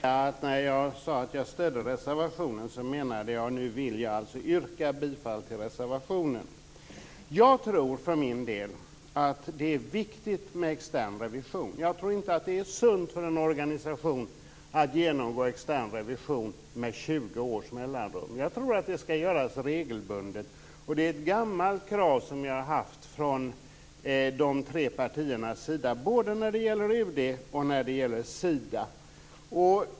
Herr talman! Låt mig först säga att jag stöder reservationen och yrkar bifall till den. Jag tror för min del att det är viktigt med extern revision. Jag tror inte att det är sunt för en organisation att genomgå extern revision med 20 års mellanrum utan att det skall göras regelbundet. Det är ett gammalt krav som vi har haft från de tre partiernas sida, både när det gäller UD och när det gäller Sida.